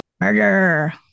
Murder